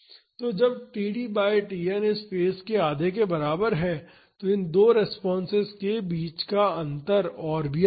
तो जब td by Tn इस फेज के आधे के बराबर है तो इन दो रेस्पॉन्सेस के बीच का अंतर और भी अधिक है